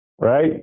right